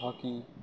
hockey